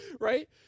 Right